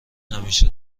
همیشه